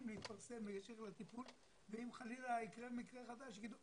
להתפרסם ולצאת לטיפול ואם חלילה יקרה מקרה חדש יגידו,